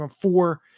four